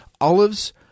Olives